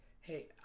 hey